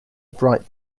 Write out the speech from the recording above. bright